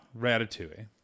Ratatouille